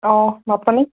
অঁ ভাত পানী